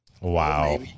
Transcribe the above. Wow